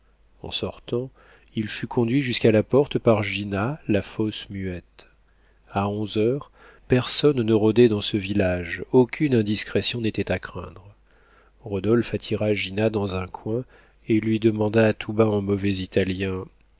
en sortant il fut conduit jusqu'à la porte par gina la fausse muette a onze heures personne ne rôdait dans ce village aucune indiscrétion n'était à craindre rodolphe attira gina dans un coin et lui demanda tout bas en mauvais italien